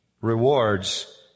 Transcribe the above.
rewards